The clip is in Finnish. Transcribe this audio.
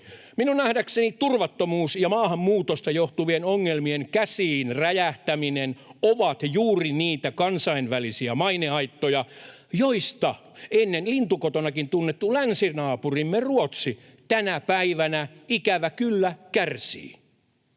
Minun nähdäkseni turvattomuus ja maahanmuutosta johtuvien ongelmien käsiin räjähtäminen ovat juuri niitä kansainvälisiä mainehaittoja, joista ennen lintukotonakin tunnettu länsinaapurimme Ruotsi tänä päivänä, ikävä kyllä, kärsii.